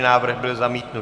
Návrh byl zamítnut.